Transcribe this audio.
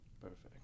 Perfect